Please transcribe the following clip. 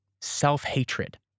Self-hatred